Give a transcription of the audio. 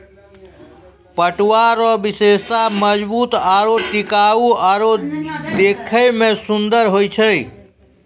पटुआ रो विशेषता मजबूत आरू टिकाउ आरु देखै मे सुन्दर होय छै